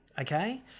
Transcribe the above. okay